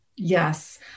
Yes